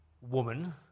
woman